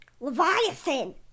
Leviathan